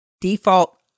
Default